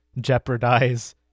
jeopardize